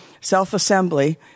self-assembly